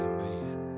Amen